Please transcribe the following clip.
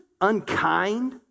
unkind